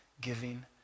giving